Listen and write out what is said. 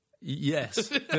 Yes